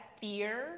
fear